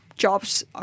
jobs